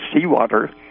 seawater